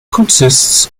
consists